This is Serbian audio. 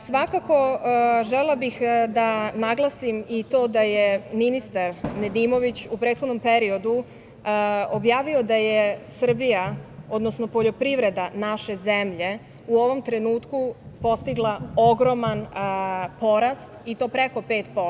Svakako, želela bih da naglasim i to da je ministar Nedimović u prethodnom periodu objavio da je Srbija, odnosno poljoprivreda naše zemlje u ovom trenutku postigla ogroman porast i to preko 5%